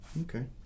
Okay